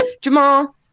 Jamal